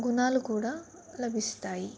గుణాలు కూడా లభిస్తాయి